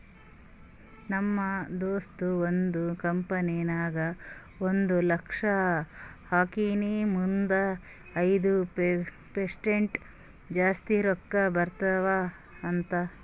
ನಮ್ ದೋಸ್ತ ಒಂದ್ ಕಂಪನಿ ನಾಗ್ ಒಂದ್ ಲಕ್ಷ ಹಾಕ್ಯಾನ್ ಮುಂದ್ ಐಯ್ದ ಪರ್ಸೆಂಟ್ ಜಾಸ್ತಿ ರೊಕ್ಕಾ ಬರ್ತಾವ ಅಂತ್